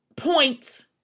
points